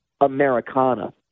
Americana